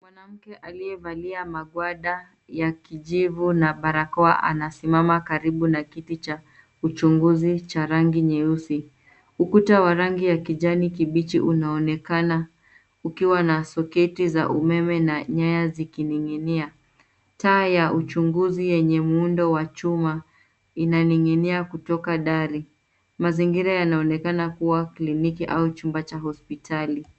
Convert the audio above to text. Mwanamke aliyevalia magwanda ya kijivu na barakoa anasimama karibu na kiti cha uchunguzi cha rangi nyeusi. Ukuta wa rangi ya kijani kibichi unaonekana, ukiwa na soketi za umeme na nyaya zikining'inia. Taa ya uchunguzi yenye muundo wa chuma, inaning'inia kutoka dari. Mazingira yanaonekana kuwa kliniki au chumba cha hospitali.